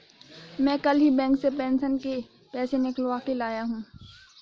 मैं कल ही बैंक से पेंशन के पैसे निकलवा के लाया हूँ